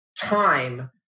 time